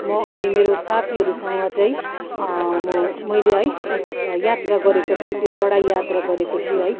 म अनि मेरो साथीहरूसँग चाहिँ म मैले है एउटा एउटा यात्रा गरेको थियो त्यो चडाइ यात्रा गरेको थिएँ है